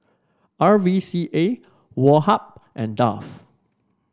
R V C A Woh Hup and Dove